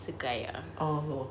it's a guy ah